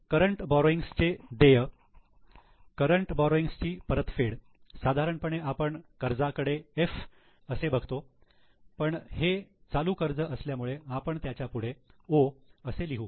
current borrowings चे देय current borrowings ची परतफेड साधारणपणे आपण कर्जाकडे 'F' असे बघतो पण हे चालू कर्ज असल्यामुळे आपण त्याच्यापुढे 'O' असे लिहू